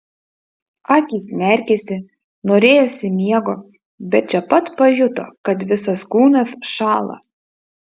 akys merkėsi norėjosi miego bet čia pat pajuto kad visas kūnas šąla